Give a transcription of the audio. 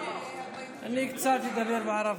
אני קצת אדבר בערבית.